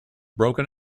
broken